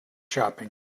shopping